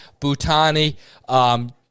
Butani